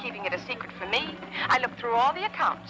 keep it a secret from me i look through all the accounts